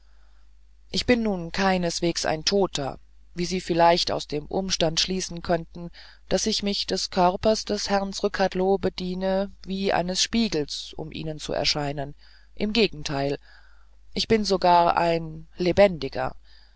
ich bin nun keineswegs ein toter wie sie vielleicht aus dem umstand schließen könnten daß ich mich des körpers des herrn zrcadlo bediene wie eines spiegels um ihnen zu erscheinen im gegenteil ich bin sogar ein lebendiger